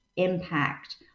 impact